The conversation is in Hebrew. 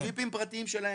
ג'יפים הפרטיים שלהם.